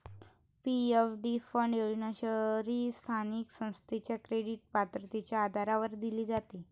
PFD fund योजना शहरी स्थानिक संस्थेच्या क्रेडिट पात्रतेच्या आधारावर दिली जाते